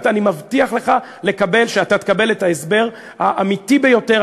ואני מבטיח לך שאתה תקבל את ההסבר האמיתי ביותר,